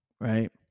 right